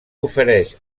ofereix